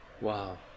Wow